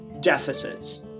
deficits